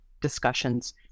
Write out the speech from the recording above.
discussions